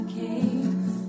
case